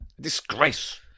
Disgrace